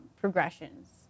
progressions